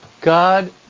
God